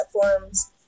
platforms